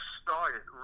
started